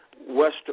West